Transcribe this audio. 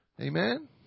Amen